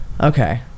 okay